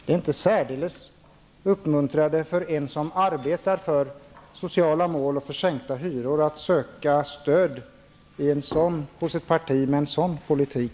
Det är inte särdeles uppmuntrande just nu för den som arbetar för sociala mål och sänkta hyror att behöva söka stöd hos ett parti som för en sådan politik.